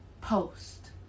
post